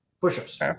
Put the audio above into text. Push-ups